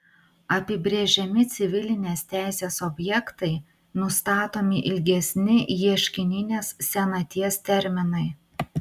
apibrėžiami civilinės teisės objektai nustatomi ilgesni ieškininės senaties terminai